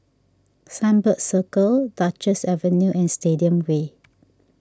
Sunbird Circle Duchess Avenue and Stadium Way